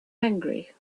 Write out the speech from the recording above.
angry